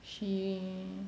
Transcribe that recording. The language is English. she